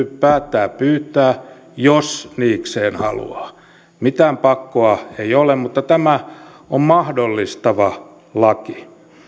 päättää pyytää jos niikseen haluaa mitään pakkoa ei ole mutta tämä on mahdollistava laki